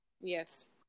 Yes